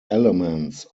elements